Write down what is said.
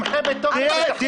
תמחה בתוקף ותחזיר